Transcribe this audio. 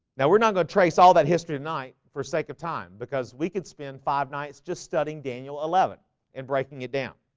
now we're not going to trace all that history of night for sake of time because we could spend five nights just studying daniel eleven and breaking it down